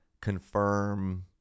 confirm